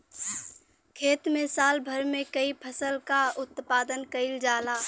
खेत में साल भर में कई फसल क उत्पादन कईल जाला